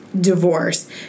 divorce